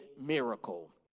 miracle